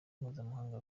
mpuzamahanga